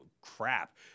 crap